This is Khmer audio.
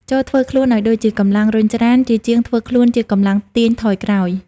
ចូរធ្វើខ្លួនឱ្យដូចជាកម្លាំងរុញច្រាន ជាជាងធ្វើខ្លួនជាកម្លាំងទាញថយក្រោយ។